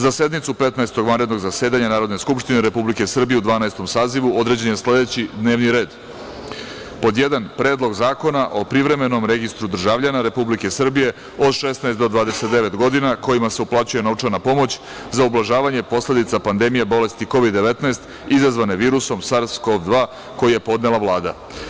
Za sednicu Petnaestog vanrednog zasedanja Narodne skupštine Republike Srbije u Dvanaestom sazivu, određen je sledeći D n e v n i r e d: 1. Predlog zakona o Privremenom registru državljana Republike Srbije od 16 do 29 godina kojima se uplaćuje novčana pomoć za ublažavanje posledica pandemije bolesti COVID-19 izazvane virusom SARS-CoV-2, koji je podnela Vlada.